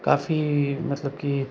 काफ़ी मतलब कि